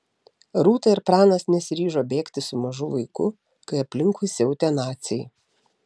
rūta ir pranas nesiryžo bėgti su mažu vaiku kai aplinkui siautė naciai